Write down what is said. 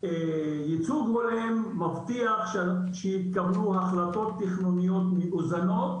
ייצוג הולם מבטיח שיתקבלו החלטות תכנוניות מאוזנות